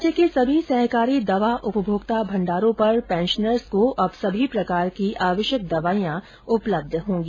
राज्य के सभी सहकारी दवा उपभोक्ता भण्डारों पर पेंशनर्स को अब सभी प्रकार की आवश्यक दवाइयां उपलब्ध होंगी